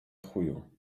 chuju